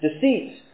Deceit